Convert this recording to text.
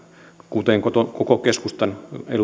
kuten kuten koko keskustan